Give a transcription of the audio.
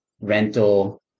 rental